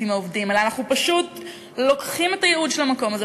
עם העובדים אלא אנחנו פשוט לוקחים את הייעוד של המקום הזה,